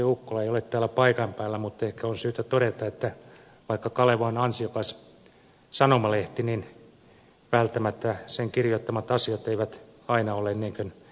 ukkola ei ole täällä paikan päällä mutta ehkä on syytä todeta että vaikka kaleva on ansiokas sanomalehti niin välttämättä sen kirjoittamat asiat eivät aina ole täyttä totuutta